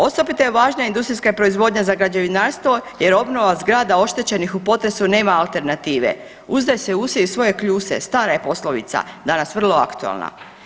Osobito je važna industrijska proizvodnja za građevinarstvo jer obnova zgrada oštećenih u potresu nema alternative, uzdaj se u se i u svoje kljuse stara je poslovica danas vrlo aktualna.